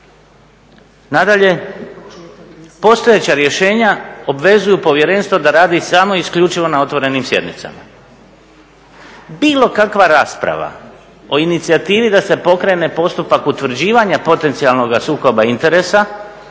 Nadalje, postojeća rješenja obvezuju Povjerenstvo da radi samo i isključivo na otvorenim sjednicama. Bilo kakva rasprava o inicijativi da se pokrene postupak utvrđivanja potencijalnog sukoba interesa,